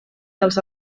dels